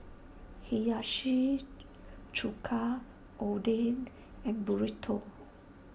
Hiyashi Chuka Oden and Burrito